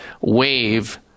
wave